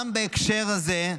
גם בהקשר הזה,